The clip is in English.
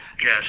Yes